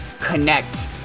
connect